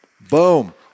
Boom